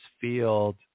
field